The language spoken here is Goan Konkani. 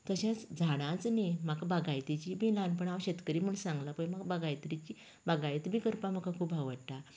तशेंच झाडांच न्ही म्हाका बागायतीची बी ल्हानपणांत हांव शेतकरी म्हण सांगलां पळय म्हाका बागायतिची बागयती बी करपाक म्हाका खूब आवडटा